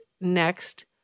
next